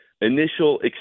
initial